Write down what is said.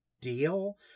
deal